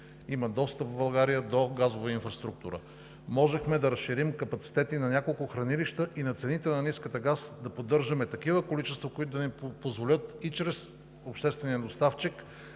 има достъп до газова инфраструктура. Можехме да разширим капацитета на няколко хранилища и на цените на ниската газ да поддържаме такива количества, които да ни позволят и чрез обществения доставчик